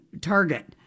target